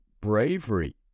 bravery